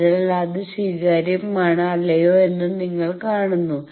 അതിനാൽ അത് സ്വീകാര്യമാണോ അല്ലയോ എന്ന് നിങ്ങൾ കാണുന്നു